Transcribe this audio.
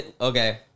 Okay